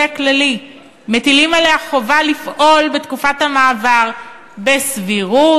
הכללי מטילה עליה חובה לפעול בתקופת המעבר בסבירות,